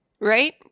right